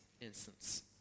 instance